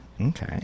Okay